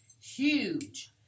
huge